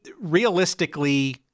realistically